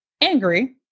angry